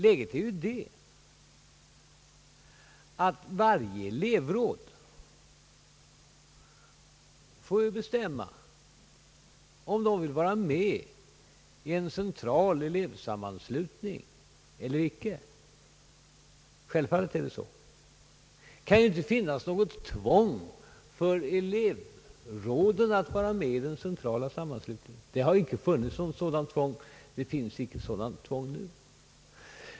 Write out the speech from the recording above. Läget är det, att varje elevråd självt får bestämma om det vill vara med i en central elevsammanslutning eller icke. Självfallet är läget detta. Det kan ju inte finnas något tvång för elevråden att vara med i den centrala sammanslutningen. Det har inte funnits något sådant tvång, och det finns inte nu något sådant tvång.